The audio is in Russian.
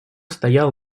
стоял